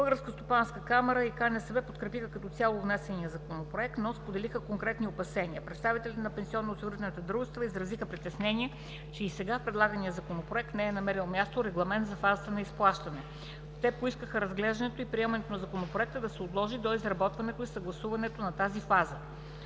Българската стопанска камара и КНСБ подкрепиха като цяло внесения законопроект, но споделиха конкретни опасения. Представителите на ПОД изразиха притесненията си, че и сега в предлагания законопроект не е намерил място регламент за фазата на изплащане. Те поискаха разглеждането и приемането на Законопроекта да се отложи до изработването и съгласуването на тази фаза.